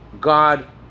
God